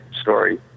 story